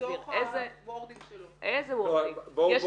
אני מבקש